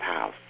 house